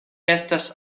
estas